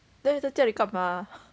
then 你在家里干嘛